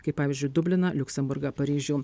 kaip pavyzdžiui dubliną liuksemburgą paryžių